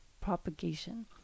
propagation